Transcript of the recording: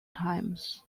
times